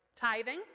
Tithing